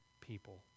people